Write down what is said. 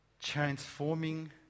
transforming